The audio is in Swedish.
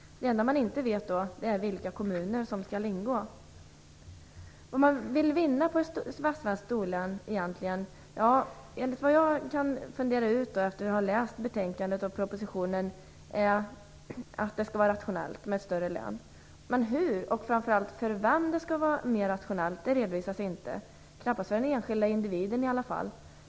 Det enda man inte vet är vilka kommuner som skall ingå i storlänet. Vad vill man vinna med ett västsvenskt storlän egentligen? Vad jag kan fundera ut efter att ha läst betänkandet och propositionen är att det skall bli rationellt med ett större län. Men hur och för vem det skall bli rationellt redovisas inte. Det blir det knappast för den enskilde individen i alla fall.